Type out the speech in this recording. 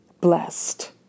blessed